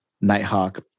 Nighthawk